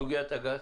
בסוגיית הגז?